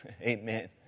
Amen